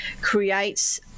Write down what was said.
creates